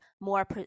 more